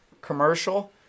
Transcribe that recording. commercial